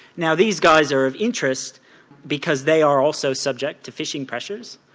now these guys are of interest because they are also subject to fishing pressures.